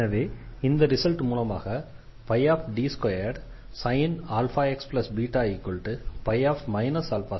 எனவே இந்த ரிசல்ட் மூலமாக D2sin αxβ ϕ 2sin αxβ ஆகிறது